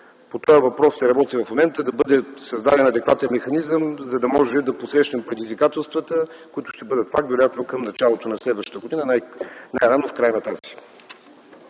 По този въпрос се работи в момента – да бъде създаден адекватен механизъм, за да можем да посрещнем предизвикателствата, които ще бъдат факт вероятно към началото на следващата година, най-рано в края на тази.